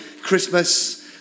Christmas